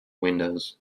windows